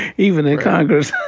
even in congress.